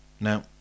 Now